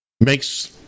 makes